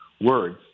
words